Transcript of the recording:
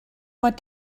what